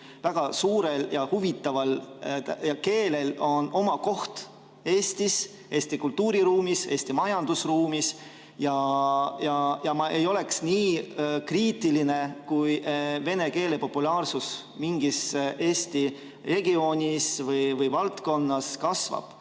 väga suurel ja huvitaval keelel on oma koht Eestis, Eesti kultuuriruumis, Eesti majandusruumis. Ja ma ei oleks nii kriitiline, kui vene keele populaarsus mingis Eesti regioonis või valdkonnas kasvab.